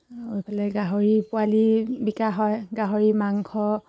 আৰু এইফালে গাহৰি পোৱালি বিকা হয় গাহৰি মাংস